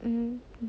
um